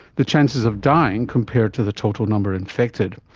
the chances of dying compared to the total number infected.